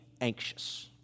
anxious